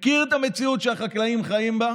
אני מכיר את המציאות שהחקלאים חיים בה.